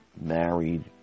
married